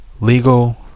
legal